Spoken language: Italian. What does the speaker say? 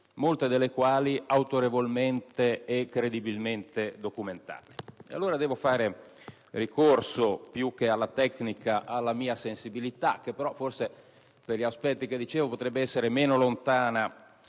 molte delle quali autorevolmente e credibilmente documentate. Allora devo fare ricorso, più che alla tecnica, alla mia sensibilità che però forse, per gli aspetti che dicevo, potrebbe essere meno lontana